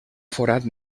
forat